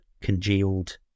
congealed